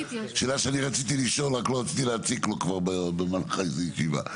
שאלה שאני רציתי לשאול רק לא רצית להציק לו כבר במהלך הישיבה.